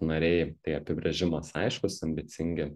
nariai tai apibrėžimas aiškus ambicingi